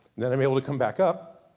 then i'm able to come back up,